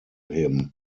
him